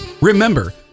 Remember